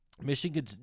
Michigan